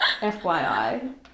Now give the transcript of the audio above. fyi